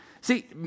See